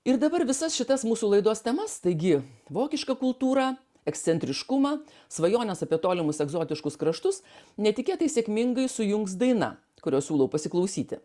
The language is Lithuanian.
ir dabar visas šitas mūsų laidos temas taigi vokišką kultūrą ekscentriškumą svajones apie tolimus egzotiškus kraštus netikėtai sėkmingai sujungs daina kurios siūlau pasiklausyti